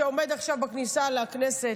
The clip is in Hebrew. שעומד עכשיו בכניסה לכנסת,